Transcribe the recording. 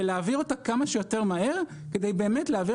ולהעביר אותה כמה שיותר מהר כדי באמת להעביר